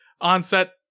Onset